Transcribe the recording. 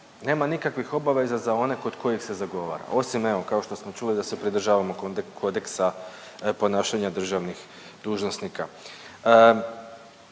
nema nikakvih obaveza za one kod kojih se zagovara osim evo kao što smo čuli da se pridržavamo kodeksa ponašanja državnih dužnosnika.